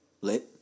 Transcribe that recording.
Lit